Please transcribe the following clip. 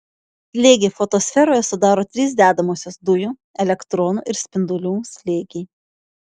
slėgį fotosferoje sudaro trys dedamosios dujų elektronų ir spindulių slėgiai